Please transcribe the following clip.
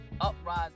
uprise